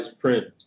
print